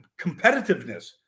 competitiveness